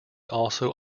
also